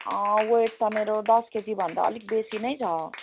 weight त मेरो दस केजीभन्दा अलिक बेसी नै छ